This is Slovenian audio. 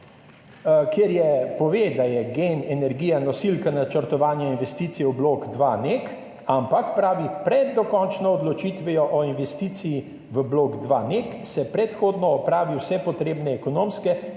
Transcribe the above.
kjer pove, da je Gen energija nosilka načrtovanja investicij v blok 2 NEK, ampak pravi, pred dokončno odločitvijo o investiciji v blok 2 NEK se predhodno opravi vse potrebne ekonomske in